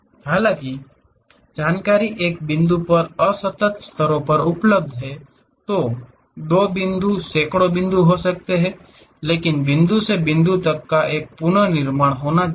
हालांकि जानकारी एक बिंदु पर असतत स्तरों पर उपलब्ध है दो बिंदु सैकड़ों बिंदु हो सकते हैं लेकिन बिंदु से बिंदु तक एक पुनर्निर्माण होना चाहिए